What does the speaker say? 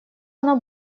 оно